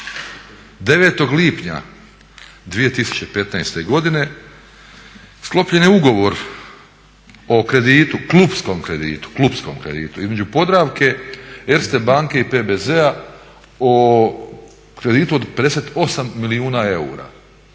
9. lipnja 2015. godine sklopljen je ugovor o kreditu, klupskom kreditu između Podravke, Erste banke i PBZ-a o kreditu od 58 milijuna eura